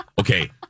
Okay